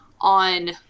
on